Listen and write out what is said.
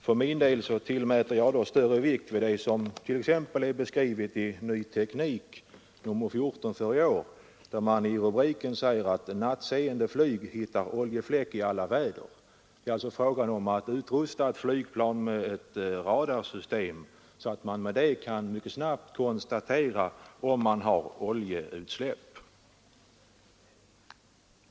För min del lägger jag större vikt vid det som t.ex. har beskrivits i Ny Teknik nr 14 i år, där man i en rubrik säger att nattseende flyg kan lokalisera oljefläckar i alla väder. Det är fråga om att utrusta flygplan med ett radarsystem, så att man med det mycket snabbt kan konstatera om det är fråga om oljeutsläpp.